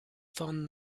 phone